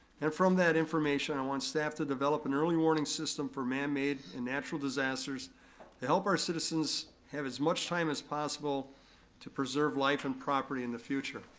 and from that information i want staff to develop an early warning system for man made and natural disasters to help our citizens have as much time as possible to preserve life and property in the future.